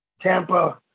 Tampa